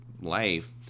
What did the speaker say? life